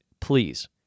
please